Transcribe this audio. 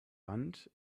wand